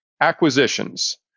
Acquisitions